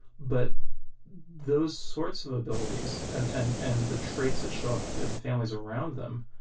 but those sorts of abilities and and and the traits that show up in the families around them